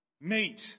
meet